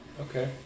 Okay